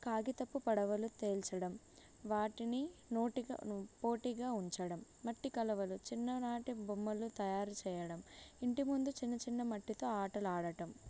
కాగితపు పడవలు తేల్చడం వాటిని నోటిగా పోటీగా ఉంచడం మట్టి కడవలు చిన్ననాటి బొమ్మలు తయారు చెయ్యడం ఇంటి ముందు చిన్న చిన్న మట్టితో ఆటలా ఆడడం